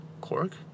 cork